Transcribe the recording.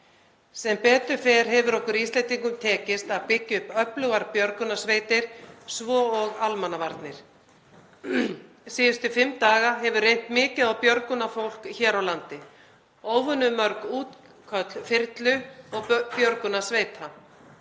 Sem betur fer hefur okkur Íslendingum tekist að byggja upp öflugar björgunarsveitir svo og almannavarnir. Síðustu fimm daga hefur reynt mikið á björgunarfólk hér á landi — óvenjumörg útköll þyrlu- og björgunarsveita.